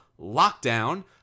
Lockdown